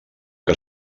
que